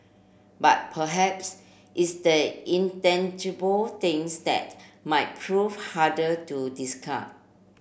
but perhaps it's the intangible things that might prove harder to discard